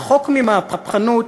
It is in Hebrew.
רחוק ממהפכנות,